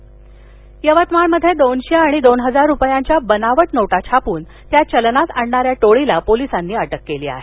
बनावट नोटा यवतमाळ मध्ये दोनशे आणि दोन हजार रुपयांच्या बनावट नोटा छापून त्या चलनात आणणाऱ्या टोळीला पोलिसांनी अटक केली आहे